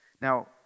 Now